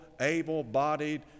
able-bodied